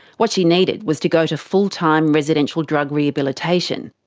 what she needed was to go to full-time residential drug rehabilitation.